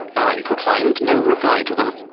i could find no reply to them.